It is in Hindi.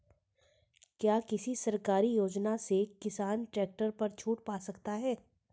क्या किसी सरकारी योजना से किसान ट्रैक्टर पर छूट पा सकता है?